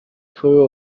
فرو